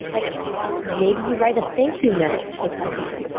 like maybe you write a thank you note to someone.